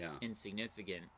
insignificant